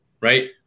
Right